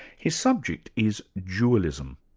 his subject is dualism.